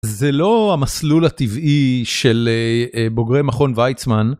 זה לא המסלול הטבעי של בוגרי מכון ויצמן.